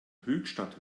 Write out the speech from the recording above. höchstadt